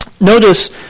notice